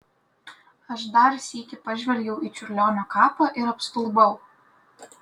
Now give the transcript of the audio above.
aš dar sykį pažvelgiau į čiurlionio kapą ir apstulbau